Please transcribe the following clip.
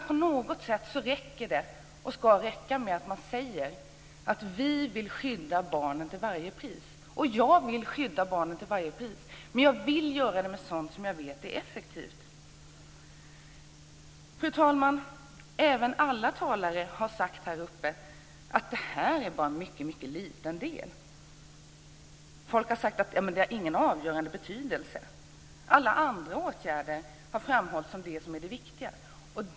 På något sätt räcker det, och ska räcka, med att säga att vi till varje pris vill skydda barnen. Jag vill också skydda barnen till varje pris men jag vill att det görs på ett sätt som jag vet är effektivt. Fru talman! Alla talare har sagt från talarstolen att här rör det sig bara om en mycket liten del. Folk har ju sagt att detta inte har en avgörande betydelse. Alla andra åtgärder har framhållits som det viktiga.